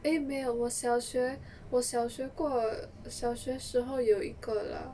eh 没有我小学我小学过小学时候有一个 lah